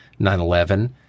9/11